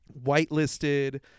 whitelisted